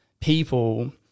people